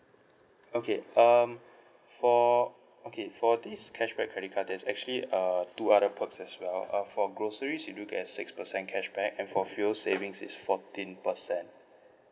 okay um for okay for this cashback credit card that's actually uh two other perks as well uh for groceries you do get a six percent cashback and for fuel savings is fourteen percent